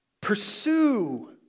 pursue